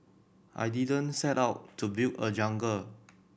I didn't set out to build a jungle